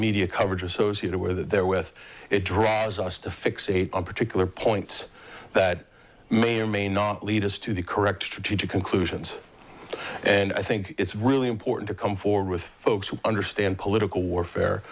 media coverage associate or were there with it draws us to fixate on particular points that may or may not lead us to the correct strategic conclusions and i think it's really important to come forward with folks who understand political warfare